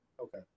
Okay